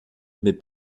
mais